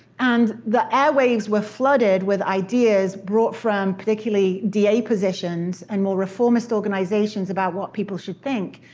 and the airwaves were flooded with ideas brought from particularly da positions and more reformist organizations about what people should think.